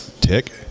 tick